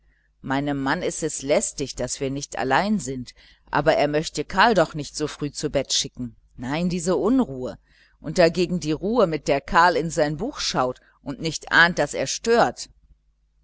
meinem mann ist es lästig daß wir nicht allein sind aber er möchte karl doch nicht so früh zu bett schicken nein diese unruhe und dagegen die ruhe mit der karl in sein buch schaut und nicht ahnt daß er stört